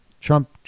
Trump